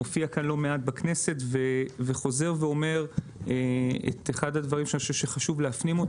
מופיע לא מעט בכנסת וחוזר ואומר את אחד הדברים שאני חושב שחשוב להפנים: